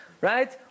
Right